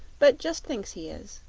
but just thinks he is.